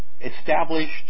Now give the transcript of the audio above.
established